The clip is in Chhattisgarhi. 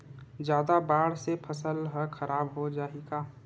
जादा बाढ़ से फसल ह खराब हो जाहि का?